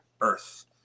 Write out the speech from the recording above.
Earth